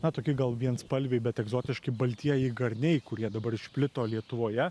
na tokie gal vienspalviai bet egzotiški baltieji garniai kurie dabar išplito lietuvoje